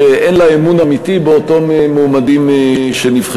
שאין לה אמון אמיתי במועמדים שנבחרו.